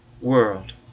world